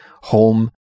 home